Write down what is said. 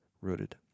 rooted